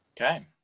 Okay